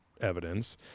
evidence